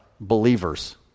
believers